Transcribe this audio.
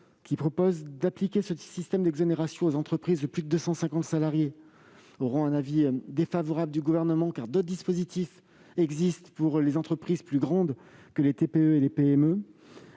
visant à appliquer ce système d'exonérations aux entreprises de plus de 250 salariés recevront un avis défavorable du Gouvernement, car d'autres dispositifs existent pour les entreprises plus grandes que les TPE et les PME.